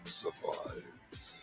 survives